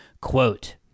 Quote